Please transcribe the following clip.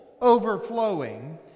overflowing